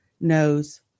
knows